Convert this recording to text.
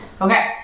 Okay